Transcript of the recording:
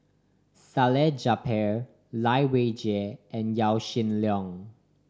Salleh Japar Lai Weijie and Yaw Shin Leong